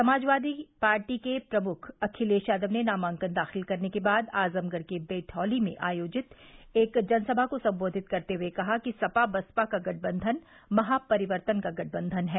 Samajwadi party के प्रमुख अखिलेश यादव ने नामांकन दाखिल करने के बाद आजमगढ़ के बैठौली में आयोजित एक जनसभा को संबोधित करते हुए कहा कि सपा बसपा का गठबंधन महापरिवर्तन का गठबंधन है